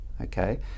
okay